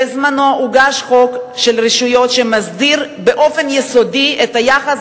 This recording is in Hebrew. בזמנו הוגש חוק רשויות שמסדיר באופן יסודי את היחס